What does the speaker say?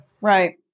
Right